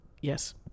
Yes